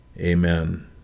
Amen